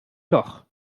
loch